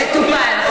מטופל.